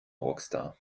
rockstar